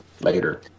later